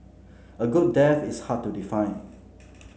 a good death is hard to define